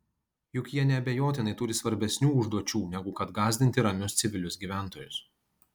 juk jie neabejotinai turi svarbesnių užduočių negu kad gąsdinti ramius civilius gyventojus